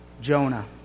Jonah